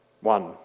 One